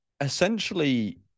essentially